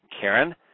Karen